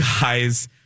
guys